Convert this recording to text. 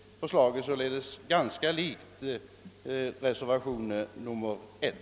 Förslaget är således ganska likt det som har framlagts i reservationen 1.